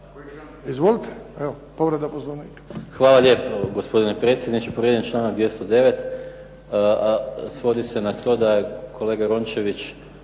Izvolite,